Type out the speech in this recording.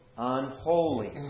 unholy